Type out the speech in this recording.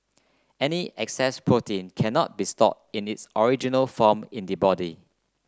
any excess protein cannot be stored in its original form in the body